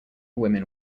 women